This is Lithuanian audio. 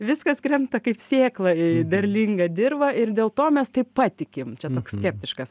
viskas krenta kaip sėkla į derlingą dirvą ir dėl to mes taip patikim čia toks skeptiškas